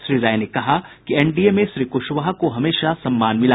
श्री राय ने कहा कि एनडीए में श्री कुशवाहा को हमेशा सम्मान मिला